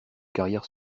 carrière